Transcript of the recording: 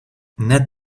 net